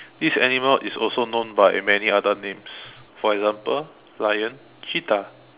this animal is also known by many other names for example lion cheetah